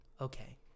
Okay